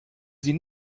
sie